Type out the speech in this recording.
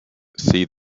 see